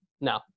No